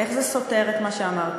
איך זה סותר את מה שאמרתי?